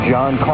John